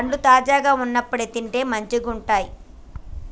పండ్లు తాజాగా వున్నప్పుడే తింటే మంచిగుంటయ్